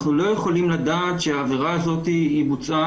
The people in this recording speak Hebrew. אנחנו לא יכולים לדעת שהעבירה הזו בוצעה